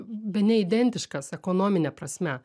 bene identiškas ekonomine prasme